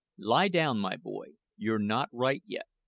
lie down, my boy you're not right yet.